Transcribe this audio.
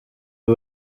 ubu